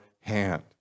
hand